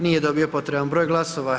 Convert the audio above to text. Nije dobio potreban broj glasova.